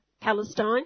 Palestine